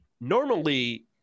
normally